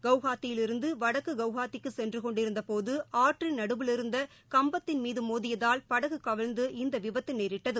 குவாஹாத்தியிலிருந்து வடக்கு குவாஹத்திக்கு சென்று கொண்டிருந்த போது ஆற்றின் நடுவிலிருந்த கம்பத்தின் மீது மோதியதால் படகு கவிழ்ந்து இந்த விபத்து ஏற்பட்டது